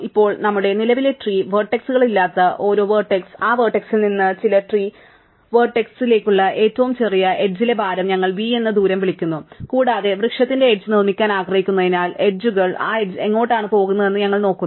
ഇപ്പോൾ നമ്മുടെ നിലവിലെ ട്രീ വെർട്ടെക്സ്കളിലില്ലാത്ത ഓരോ വെർട്ടെക്സ് ആ വെർട്ടെക്സ് നിന്ന് ചില ട്രീ വെർട്ടെക്സ് ലേയ്ക്കുള്ള ഏറ്റവും ചെറിയ എഡ്ജ് ലെ ഭാരം ഞങ്ങൾ v എന്ന ദൂരം എന്ന് വിളിക്കുന്നു കൂടാതെ വൃക്ഷത്തിന്റെ എഡ്ജ് നിർമ്മിക്കാൻ ആഗ്രഹിക്കുന്നതിനാൽ എഡ്ജുകൾ ആ എഡ്ജ് എങ്ങോട്ടാണ് പോകുന്നതെന്ന് ഞങ്ങൾ ഓർക്കുന്നു